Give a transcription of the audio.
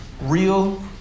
real